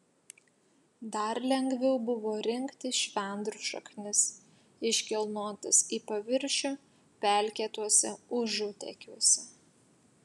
dar lengviau buvo rinkti švendrų šaknis iškilnotas į paviršių pelkėtuose užutekiuose